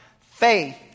faith